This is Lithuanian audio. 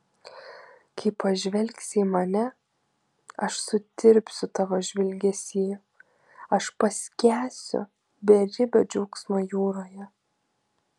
kai pažvelgsi į mane aš sutirpsiu tavo žvilgesy aš paskęsiu beribio džiaugsmo jūroje